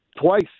twice